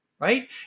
right